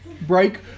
break